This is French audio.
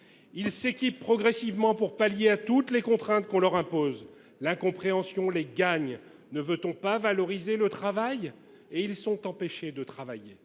Ils s’équipent progressivement pour pallier toutes les contraintes qu’on leur impose. L’incompréhension les gagne : ne veut on pas valoriser le travail ? Ils sont empêchés de travailler